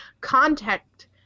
Contact